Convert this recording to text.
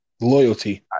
Loyalty